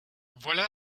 voilà